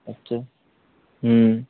আচ্ছা হুম